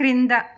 క్రింద